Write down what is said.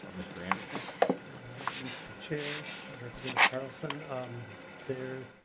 ah mr andser son mr. chair representative carlson um there